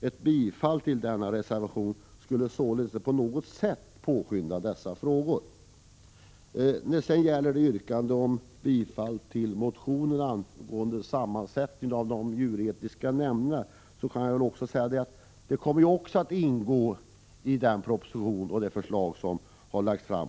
Ett bifall till denna reservation skulle således inte på något sätt påskynda arbetet med dessa frågor. När det sedan gäller yrkandet om bifall till motionen angående sammansättningen av de djuretiska nämnderna kan jag också säga att även det kommer att ingå i den proposition som läggs fram.